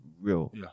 real